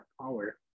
power